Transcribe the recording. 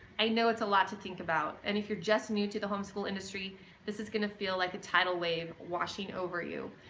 i know it's a lot to think about and if you're just new to the homeschool industry this is gonna feel like a tidal wave washing over you,